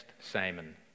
Simon